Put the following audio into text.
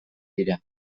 dira